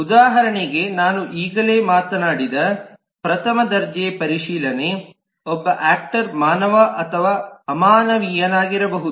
ಉದಾಹರಣೆಗೆ ನಾನು ಈಗಾಗಲೇ ಮಾತನಾಡಿದ ಪ್ರಥಮ ದರ್ಜೆ ಪರಿಶೀಲನೆ ಒಬ್ಬ ಯಾಕ್ಟರ್ ಮಾನವ ಅಥವಾ ಅಮಾನವೀಯನಾಗಿರಬಹುದು